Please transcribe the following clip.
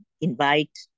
invite